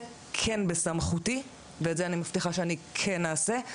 זה כן בסמכותי ואת זה אני מבטיחה שאני כן אעשה.